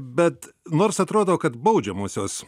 bet nors atrodo kad baudžiamosios